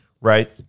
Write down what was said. right